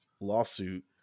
lawsuit